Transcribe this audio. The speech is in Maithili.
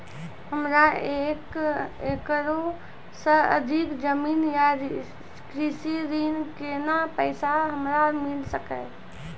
हमरा एक एकरऽ सऽ अधिक जमीन या कृषि ऋण केतना पैसा हमरा मिल सकत?